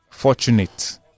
Fortunate